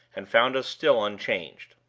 and found us still unchanged.